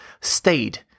stayed